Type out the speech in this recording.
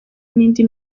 n’indi